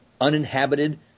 uninhabited